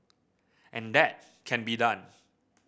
and that can be done